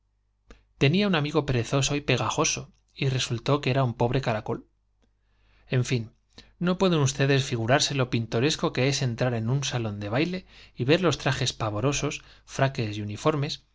tenía un amigo perezoso y pegajoso y caracol en pueden ustedes que era un pobre fin no es entrar en un salón de lo pintoresco que figurarse baile y ver los trajes vaporosos fraques y uniformes